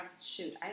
Shoot